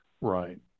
Right